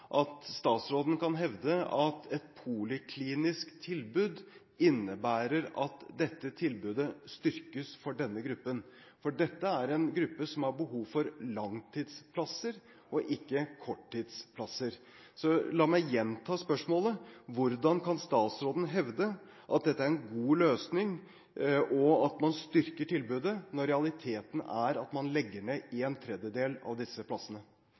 at statsråden kan hevde at et poliklinisk tilbud innebærer at tilbudet styrkes for denne gruppen. Dette er en gruppe som har behov for langtidsplasser, ikke korttidsplasser. La meg gjenta spørsmålet: Hvordan kan statsråden hevde at dette er en god løsning, og at man styrker tilbudet, når realiteten er at man legger ned en tredjedel av disse plassene?